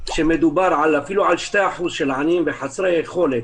שכשמדובר אפילו רק על 2% עניים וחסרי יכולת,